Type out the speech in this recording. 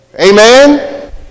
Amen